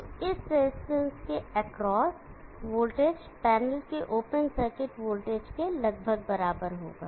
तो इस रजिस्टेंस के एक्रॉस वोल्टेज पैनल के ओपन सर्किट वोल्टेज के लगभग बराबर होगा